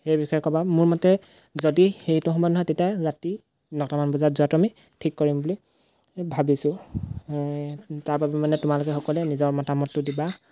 সেই বিষয়ে ক'বা মোৰ মতে যদি সেইটো সেইটো সময়ত নহয় তেতিয়া ৰাতি নটামান বজাত যোৱাটো আমি ঠিক কৰিম বুলি ভাবিছোঁ তাৰ বাবে মানে তোমালোকে সকলোৱে নিজৰ মতামতো দিবা